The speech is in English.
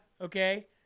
Okay